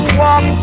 walk